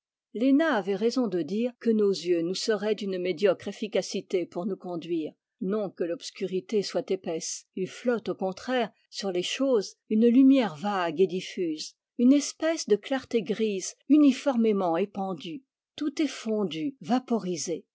lénâ avait raison de dire que nos yeux nous seraient d'une médiocre efficacité pour nous conduire non que l'obscurité soit épaisse il flotte au contraire sur les choses une lumière vague et diffuse une espèce de clarté grise uniformément épandue tout est fondu vaporisé